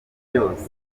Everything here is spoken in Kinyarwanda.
byose